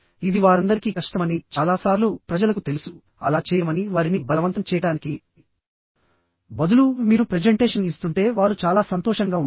ఇది వారందరికీ కష్టమని చాలా సార్లు ప్రజలకు తెలుసు అలా చేయమని వారిని బలవంతం చేయడానికి బదులు మీరు ప్రెజెంటేషన్ ఇస్తుంటే వారు చాలా సంతోషంగా ఉంటారు